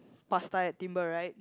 pasta at Timbre right